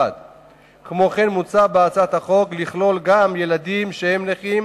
כמו כן, מוצע בהצעת החוק לכלול גם ילדים שהם נכים,